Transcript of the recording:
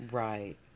right